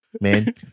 man